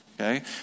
Okay